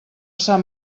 sant